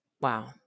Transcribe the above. Wow